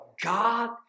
God